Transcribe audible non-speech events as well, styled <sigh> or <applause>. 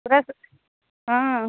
ପୁରା <unintelligible> ହଁ